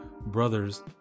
brother's